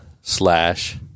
slash